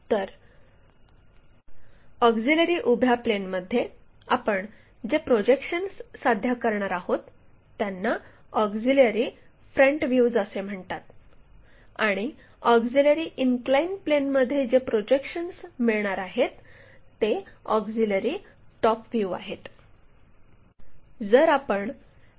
तर ऑक्झिलिअरी उभ्या प्लेनमध्ये आपण जे प्रोजेक्शन्स साध्य करणार आहोत त्यांना ऑक्झिलिअरी फ्रंट व्ह्यूज असे म्हणतात आणि ऑक्झिलिअरी इनक्लाइन प्लेनमध्ये जे प्रोजेक्शन्स मिळणार आहेत ते ऑक्झिलिअरी टॉप व्ह्यू आहेत